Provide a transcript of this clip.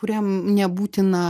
kuriam nebūtina